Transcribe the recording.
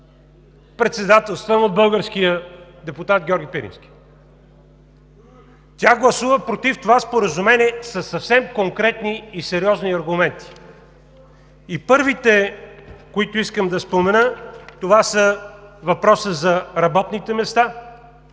председателствана от българския депутат Георги Пирински. Тя гласува против това споразумение със съвсем конкретни и сериозни аргументи. И първите, които искам да спомена, това са: въпросът за работните места,